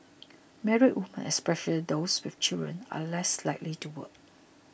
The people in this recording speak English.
married women especially those with children are less likely to work